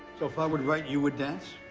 so if i would write, you would dance?